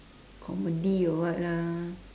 comedy or what lah